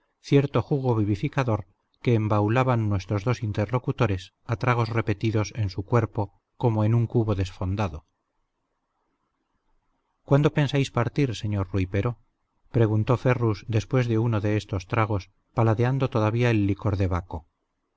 cierto jugo vivificador que embaulaban nuestros dos interlocutores a tragos repetidos en su cuerpo como en un cubo desfondado cuándo pensáis partir señor rui pero preguntó ferrus después de uno de estos tragos paladeando todavía el licor de baco